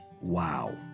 Wow